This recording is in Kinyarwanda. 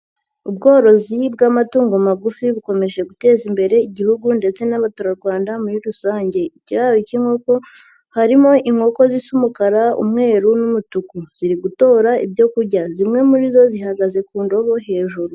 Ubworozi bw'amatungo magufi bukomeje guteza imbere igihugu ndetse n'abaturarwanda muri rusange. Ikiraro cy'inkoko harimo inkoko zisa umukara, umweru n'umutuku. Ziri gutora ibyo kurya. Zimwe muri zo zihagaze ku ndobo hejuru.